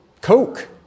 Coke